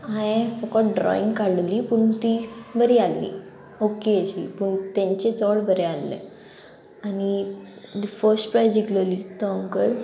हांयें म्हाका ड्रॉइंग काडलेली पूण ती बरी आहली ओके अशी पूण तेंचे चोड बरें आहले आनी फस्ट प्रायज जिकलोली तो अंकल